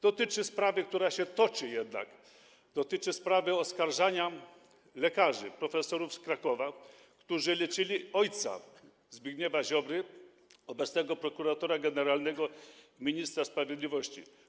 Dotyczy to sprawy, która się toczy jednak, oskarżenia lekarzy profesorów z Krakowa, którzy leczyli ojca Zbigniewa Ziobry, obecnego prokuratora generalnego ministra sprawiedliwości.